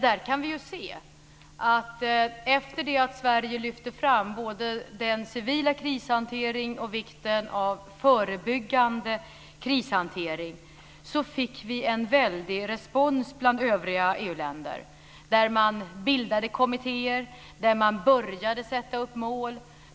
Vi kan se att efter det att Sverige lyfte fram både den civila krishanteringen och vikten av förebyggande krishantering fick vi en väldig respons bland övriga EU-länder. Man bildade kommittéer. Man började sätta upp mål.